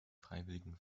freiwilligen